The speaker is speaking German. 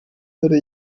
würde